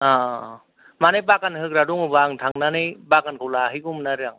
अ माने बागान होग्रा दङबा आं थांनानै बागानखौ लाहैगौमोन आरो आं